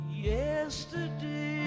Yesterday